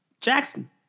Jackson